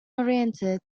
oriented